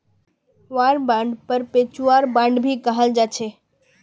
war बांडक perpetual bond भी कहाल जाछे